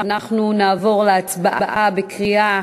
אנחנו נעבור להצבעה בקריאה